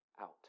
out